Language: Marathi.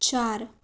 चार